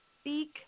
speak